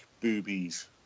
boobies